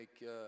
make